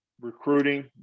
recruiting